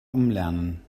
umlernen